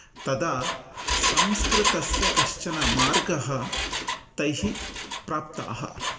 तदा संस्कृतस्य कश्चनमार्गः तैः प्राप्ताः